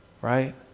right